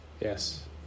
yes